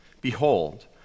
behold